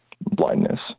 blindness